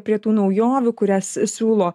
prie tų naujovių kurias siūlo